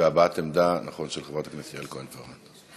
והבעת עמדה של חברת הכנסת יעל כהן-פארן.